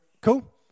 cool